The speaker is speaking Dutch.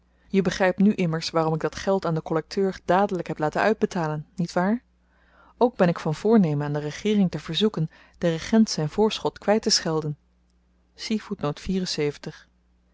je begrypt nu immers waarom ik dat geld aan den kollekteur dadelyk heb laten uitbetalen niet waar ook ben ik van voornemen aan de regeering te verzoeken den regent zyn voorschot kwytteschelden